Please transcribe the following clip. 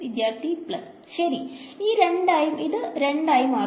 വിദ്യാർത്ഥി പ്ലസ് ശെരി ഇത് 2 ആയി മാറുന്നു